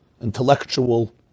intellectual